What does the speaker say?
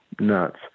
nuts